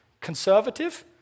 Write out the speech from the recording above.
Conservative